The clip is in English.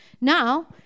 Now